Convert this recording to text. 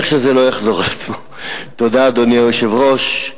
אדוני היושב-ראש,